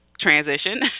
transition